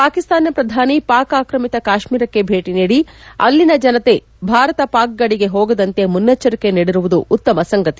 ಪಾಕಿಸ್ತಾನ ಪ್ರಧಾನಿ ಪಾಕ್ ಆಕ್ರಮಿತ ಕಾಶ್ಮೀರಕ್ಕೆ ಭೇಟಿ ನೀಡಿ ಅಲ್ಲಿನ ಜನತೆ ಭಾರತ ಪಾಕ್ ಗಡಿಗೆ ಹೋಗದಂತೆ ಮುನ್ನೆಚ್ಚರಿಕೆ ನೀಡಿರುವುದು ಉತ್ತಮ ಸಂಗತಿ